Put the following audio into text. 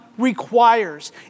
Requires